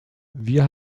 wir